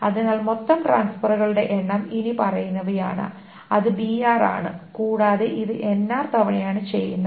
അതിനാൽ മൊത്തം ട്രാൻസ്ഫറുകളുടെ എണ്ണം ഇനിപ്പറയുന്നവയാണ് അത് br ആണ് കൂടാതെ ഇത് nr തവണയാണ് ചെയ്യുന്നത്